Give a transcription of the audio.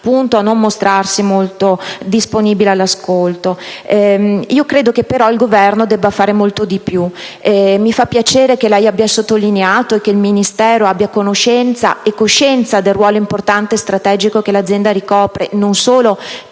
a non mostrarsi molto disponibile all'ascolto. Credo, tuttavia, che il Governo debba fare molto di più. Mi fa piacere che lei abbia sottolineato che il Ministero abbia conoscenza e coscienza del ruolo importante e strategico che l'azienda ricopre, non solo